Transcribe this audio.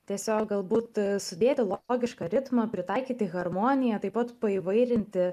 tiesiog galbūt sudėti logišką ritmą pritaikyti harmoniją taip pat paįvairinti